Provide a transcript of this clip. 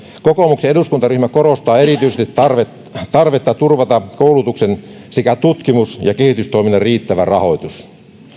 kokoomuksen eduskuntaryhmä korostaa erityisesti tarvetta tarvetta turvata koulutuksen sekä tutkimus ja kehitystoiminnan riittävä rahoitus